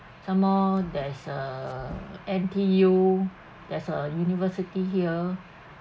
some more there is uh N_T_U there is a university here